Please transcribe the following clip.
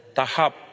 tahap